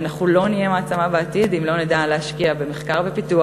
ארבעה אנשים שהפסדנו כי לא השכלנו להשאיר אותם כאן.